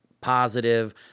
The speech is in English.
positive